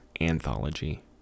anthology